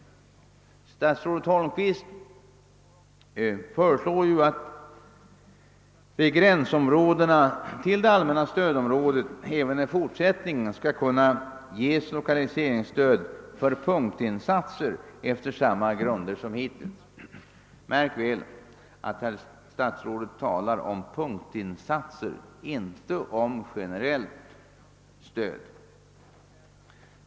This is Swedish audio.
Statsrådet Holmqvist föreslår alt 3ränsområdena till de allmänna stödområdena även i fortsättningen skall kunna ges lokaliseringsstöd för punktinsatser efter samma grunder som hittills. Märk väl att statsrådet här talar om punktinsatser, inte om generellt stöd.